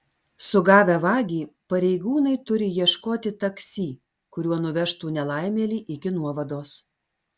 sugavę vagį pareigūnai turi ieškoti taksi kuriuo nuvežtų nelaimėlį iki nuovados